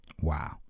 Wow